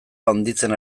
handitzen